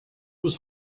was